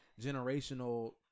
generational